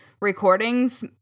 recordings